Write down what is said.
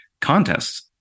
contests